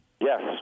Yes